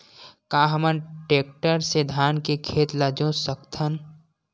का हमन टेक्टर से धान के खेत ल जोत सकथन?